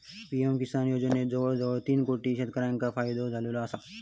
PM Kisan योजनेचो जवळजवळ तीन कोटी शेतकऱ्यांका फायदो झालेलो आसा